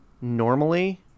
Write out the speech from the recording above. normally